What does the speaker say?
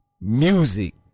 music